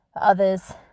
others